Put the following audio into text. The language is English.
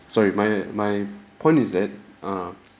sorry my my point is that err